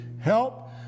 help